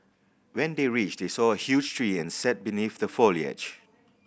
when they reached they saw a huge tree and sat beneath the foliage